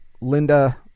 Linda